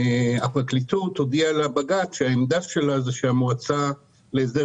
הפרקליטות הודיעה לבג"ץ שהעמדה שלה זה שהמועצה להסדר